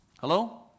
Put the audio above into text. Hello